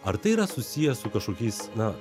ar tai yra susiję su kažkokiais na